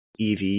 EV